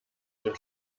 dem